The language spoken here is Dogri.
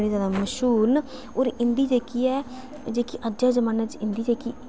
एह् बड़े ज्यादा मश्हुूर न होर इंदी जेह्की ऐ जेह्की अज्जै दे जमाने च इंदी जेह्की